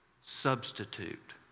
substitute